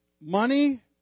Money